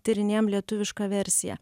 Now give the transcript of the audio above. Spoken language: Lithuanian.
tyrinėjam lietuvišką versiją